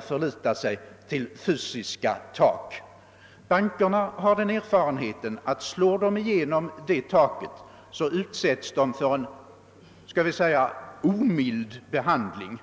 förlitar sig till fysiska tak. Bankerna har den erfarenheten att om de slår igenom det taket så utsätts de för — det kan vi väl säga — en omild behandling.